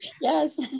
yes